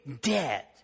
dead